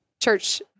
church